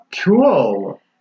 Cool